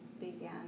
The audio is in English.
began